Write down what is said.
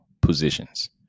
positions